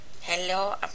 Hello